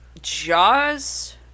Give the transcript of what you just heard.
Jaws